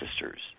sisters